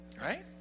right